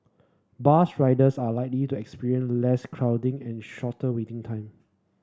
bus riders are likely to experience less crowding and shorter waiting time